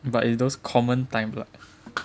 but it's those common type lah